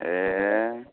ए